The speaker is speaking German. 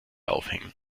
aufhängen